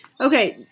Okay